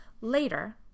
Later